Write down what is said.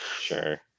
Sure